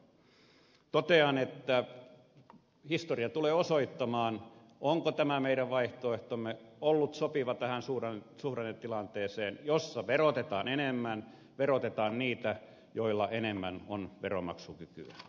totean että historia tulee osoittamaan onko tämä meidän vaihtoehtomme ollut sopiva tähän suureen suureen tilanteeseen jossa verotetaan enemmän niitä joilla on enemmän veronmaksukykyä ollut sopiva tähän suhdannetilanteeseen